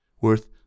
worth